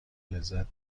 لذت